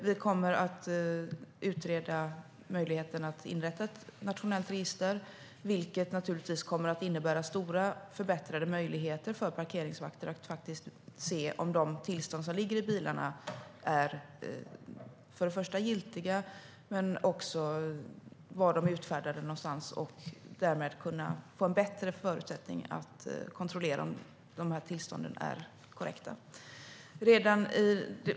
Vi kommer att utreda möjligheten att inrätta ett nationellt register. Det kommer att innebära förbättrade möjligheter för parkeringsvakter att se om de tillstånd som ligger i bilarna först och främst är giltiga men också var de är utfärdade någonstans. De kommer därmed att få bättre förutsättningar att kontrollera om tillstånden är korrekta.